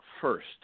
first